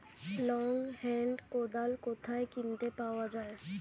Long hand কোদাল কোথায় কিনতে পাওয়া যায়?